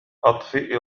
أطفئ